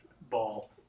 Ball